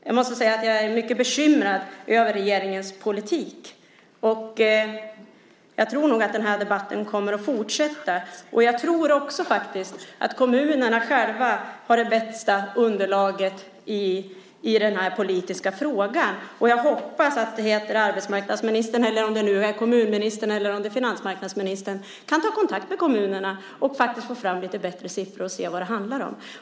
Jag måste säga att jag är mycket bekymrad över regeringens politik, och jag tror att den här debatten kommer att fortsätta. Dessutom tror jag att kommunerna själva har det bästa underlaget i den här politiska frågan. Jag hoppas att arbetsmarknadsministern, eller om det är kommunministern eller finansmarknadsministern, kan ta kontakt med kommunerna för att få fram lite bättre siffror och se vad det hela handlar om.